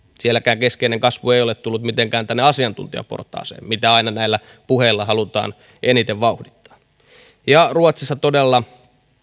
sielläkään keskeinen kasvu ei ole tullut mitenkään tänne asiantuntijaportaaseen mitä aina näillä puheilla halutaan eniten vauhdittaa ruotsissa todella